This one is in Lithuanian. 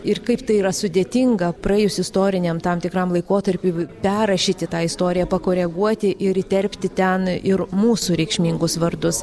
ir kaip tai yra sudėtinga praėjus istoriniam tam tikram laikotarpiui perrašyti tą istoriją pakoreguoti ir įterpti ten ir mūsų reikšmingus vardus